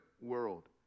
world